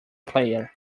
player